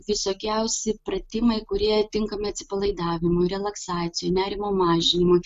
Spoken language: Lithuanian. visokiausi pratimai kurie tinkami atsipalaidavimui relaksacijai nerimo mažinimui